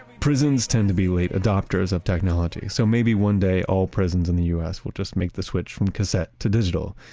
prisons tend to be late adopters of technology, so maybe one day all prisons in the us will just make the switch from cassette to digital,